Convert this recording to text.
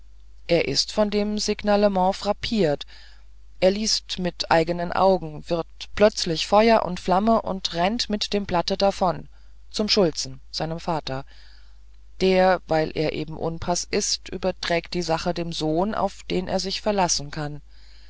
er ist von dem signalement frappiert er liest mit eigenen augen wird plötzlich feuer und flamme und rennt mit dem blatte davon zum schulzen seinem vater der weil er eben unpaß ist überträgt die sache dem sohn auf den er sich verlassen kann